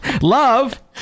Love